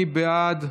מי בעד?